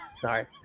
sorry